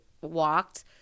walked